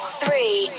three